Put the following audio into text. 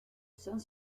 saint